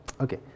okay